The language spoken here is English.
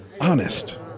Honest